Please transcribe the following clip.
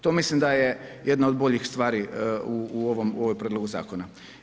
To mislim, da je jedna od boljih stvari u ovom prijedlogu zakona.